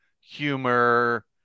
humor